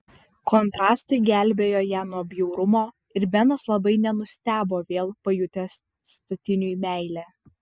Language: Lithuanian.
kontrastai gelbėjo ją nuo bjaurumo ir benas labai nenustebo vėl pajutęs statiniui meilę